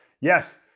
Yes